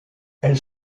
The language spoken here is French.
elle